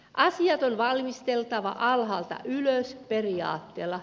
asiat on valmisteltava alhaalta ylös periaatteella